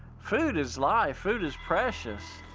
food is life. food is precious.